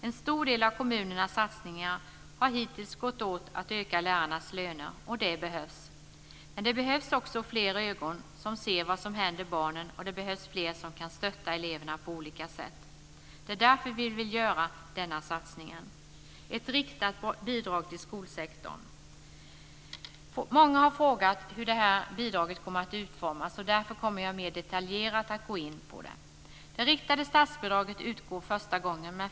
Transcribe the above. En stor del av kommunernas satsningar har hittills gått åt till att öka lärarnas löner. Det behövs. Men det behövs också fler ögon som ser vad som händer barnen, och det behövs fler som kan stötta eleverna på olika sätt. Det är därför vi vill göra denna satsning med ett riktat bidrag till skolsektorn. Många har frågat hur bidraget kommer att utformas. Därför kommer jag att mer detaljerat gå in på det.